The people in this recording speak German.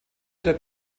der